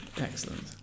Excellent